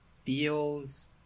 feels